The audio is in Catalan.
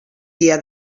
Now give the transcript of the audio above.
dia